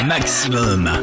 Maximum